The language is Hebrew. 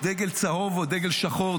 יש דגל צהוב או דגל שחור.